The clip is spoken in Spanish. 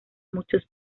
muchos